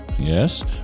Yes